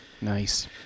nice